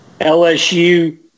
LSU